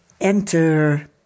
enter